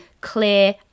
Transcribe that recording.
clear